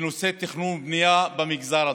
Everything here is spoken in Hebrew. בנושא תכנון ובנייה במגזר הדרוזי,